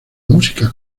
música